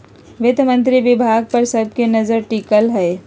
वित्त मंत्री विभाग पर सब के नजर टिकल हइ